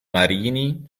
marini